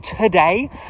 today